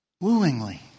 wooingly